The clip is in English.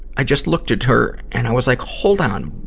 i just looked at her, and i was like, hold on.